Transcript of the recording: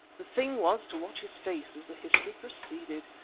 the thing was to watch his face as the history proceeded.